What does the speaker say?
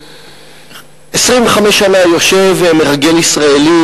25 שנה יושב מרגל ישראלי,